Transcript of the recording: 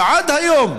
עד היום,